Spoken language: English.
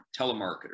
telemarketers